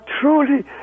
truly